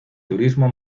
turismo